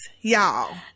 y'all